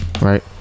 right